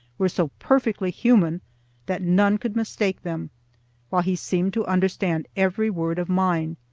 were so perfectly human that none could mistake them while he seemed to understand every word of mine.